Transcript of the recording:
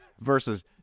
versus